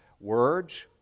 words